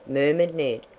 murmured ned,